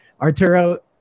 Arturo